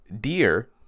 deer